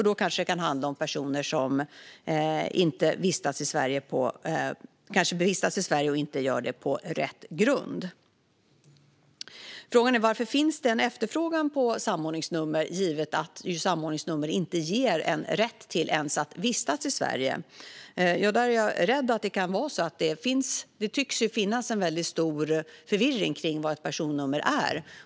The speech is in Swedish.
Då kanske det handlar om personer som vistas i Sverige och som inte gör det på rätt grund. Frågan är varför det finns en efterfrågan på samordningsnummer givet att ett sådant nummer ju inte ens ger rätt att vistas i Sverige. Jag är rädd att det tycks finnas en stor förvirring kring vad ett samordningsnummer är.